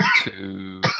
two